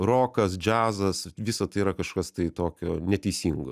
rokas džiazas visa tai yra kažkas tai tokio neteisingo